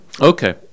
Okay